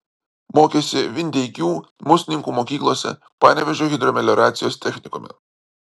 mokėsi vindeikių musninkų mokyklose panevėžio hidromelioracijos technikume